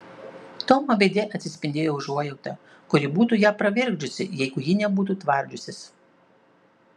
tomo veide atsispindėjo užuojauta kuri būtų ją pravirkdžiusi jeigu ji nebūtų tvardžiusis